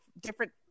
different